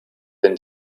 been